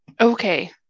Okay